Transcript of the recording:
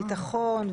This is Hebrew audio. הביטחון,